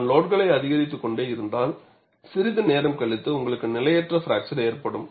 நான் லோடுகளை அதிகரித்துக்கொண்டே இருந்தால் சிறிது நேரம் கழித்து உங்களுக்கு நிலையற்ற பிராக்சர் ஏற்படும்